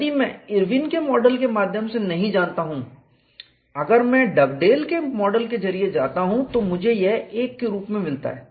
यदि मैं इरविन के मॉडल के माध्यम से नहीं जाता हूं अगर मैं डगडेल के मॉडल के जरिए जाता हूं तो मुझे यह 1 के रूप में मिलता है